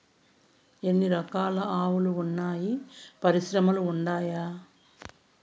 ఎన్ని రకాలు ఆవులు వున్నాయి పరిశ్రమలు ఉండాయా?